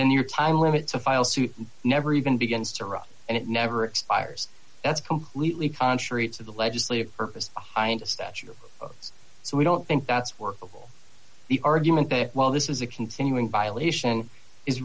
in your time limits of file suit never even begins to run and it never expires that's completely contrary to the legislative purpose behind a statute so we don't think that's workable the argument that well this is a continuing violation is